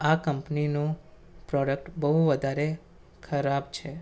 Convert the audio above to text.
આ કંપનીનું પ્રોડક્ટ બહુ વધારે ખરાબ છે